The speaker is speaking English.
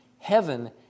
Heaven